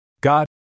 God